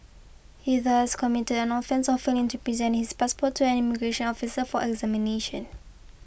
he thus committed an offence of failing to present his passport to an immigration officer for examination